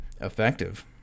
effective